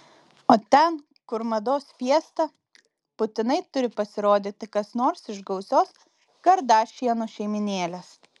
o ten kur mados fiesta būtinai turi pasirodyti kas nors iš gausios kardašianų šeimynėlės